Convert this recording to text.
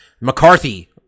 McCarthy